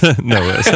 No